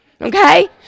okay